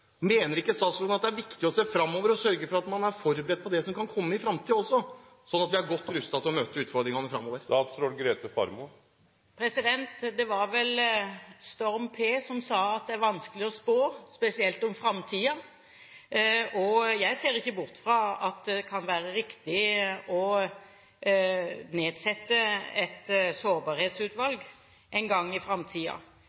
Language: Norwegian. Mener ikke statsråden at det er viktig å se fremover og sørge for at man er forberedt på det som kan komme i fremtiden, slik at vi er godt rustet til å møte utfordringene fremover? Det var vel Storm P. som sa at det er vanskelig å spå, spesielt om framtiden. Jeg ser ikke bort fra at det kan være riktig å nedsette et